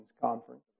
Conference